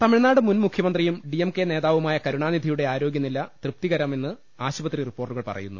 തമിഴ്നാട് മുൻമുഖ്യമന്ത്രിയും D M K നേതാവുമായ കരുണാനിധിയുടെ ആരോഗൃനില തൃപ്തികരമെന്ന് ആശുപത്രി റിപ്പോർട്ടുകൾ പറയുന്നു